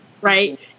Right